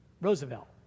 Roosevelt